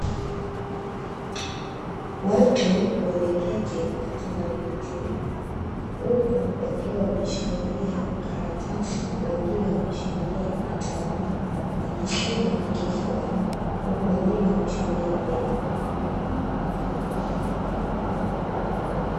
Watu wameketi katika viti huku wakiwa wameshikilia karatasi wengine wameshikilia vitabu wakisoma kitu fulani huku wengine wameshikilia peni.